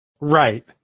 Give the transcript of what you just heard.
Right